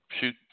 Shoot